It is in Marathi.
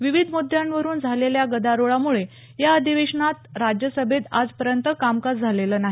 विविध मुद्यांवरुन झालेल्या गदारोळामुळे या अधिवेशनात राज्यसभेत आजपर्यंत कामकाज झालेलं नाही